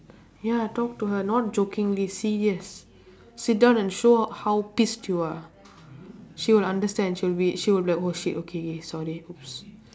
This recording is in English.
ya talk to her not jokingly serious sit down and show her how pissed you are she will understand she will be she will be like oh shit okay K sorry !oops!